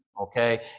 Okay